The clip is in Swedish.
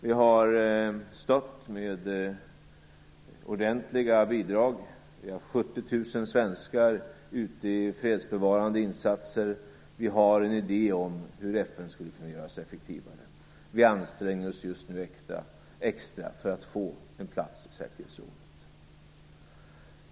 Vi har stött organisationen med ordentliga bidrag. Vi har 70 000 svenskar ute i fredsbevarande insatser. Vi har en idé om hur FN skulle kunna göras effektivare. Vi anstränger oss just nu extra för att få en plats i säkerhetsrådet.